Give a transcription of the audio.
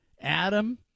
Adam